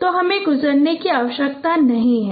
तो हमें गुजरने की आवश्यकता नहीं है